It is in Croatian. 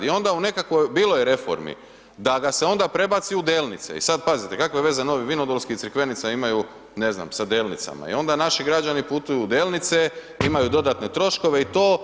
I onda u nekakvoj bilo je reformi, da ga se onda prebaci u Delnice i sada pazite, kakve veze Novi Vinodolski i Crikvenica imaju ne znam sa Delnicama i onda naši građani putuju u Delnice, imaju dodatne troškove i to.